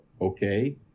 okay